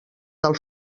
del